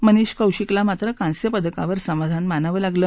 मनीष कौशिकला मात्र कांस्य पदकावर समाधान मानावें लागलं